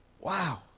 Wow